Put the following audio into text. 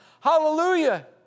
Hallelujah